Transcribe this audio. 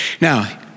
Now